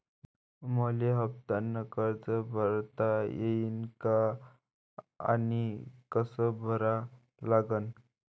मले हफ्त्यानं कर्ज भरता येईन का आनी कस भरा लागन?